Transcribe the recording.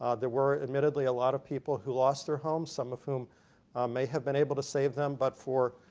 ah there were admittedly a lot of people who lost their homes, some of whom may have been able to save them. but for,